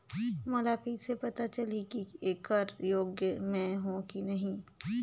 मोला कइसे पता चलही की येकर योग्य मैं हों की नहीं?